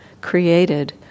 created